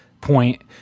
point